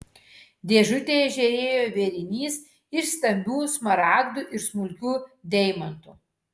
dėžutėje žėrėjo vėrinys iš stambių smaragdų ir smulkių deimantų